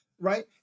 right